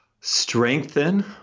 Strengthen